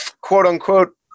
quote-unquote